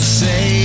say